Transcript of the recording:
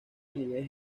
niñez